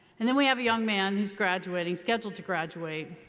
and then we have a young man who's graduating, scheduled to graduate,